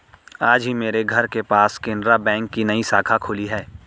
आज ही मेरे घर के पास केनरा बैंक की नई शाखा खुली है